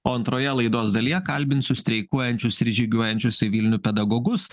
o antroje laidos dalyje kalbinsiu streikuojančius ir žygiuojančius į vilnių pedagogus